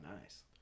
nice